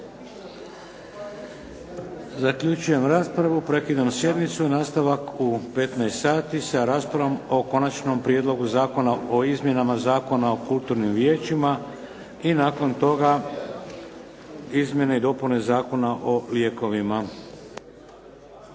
Zaključujem raspravu. Prekidam sjednicu. Nastavak je u 15 sati sa raspravom o Konačnom prijedlogu zakona o izmjenama Zakona o kulturnim vijećima, i nakon toga izmjene i dopune Zakona o lijekovima.